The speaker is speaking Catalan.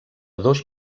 dos